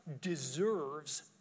deserves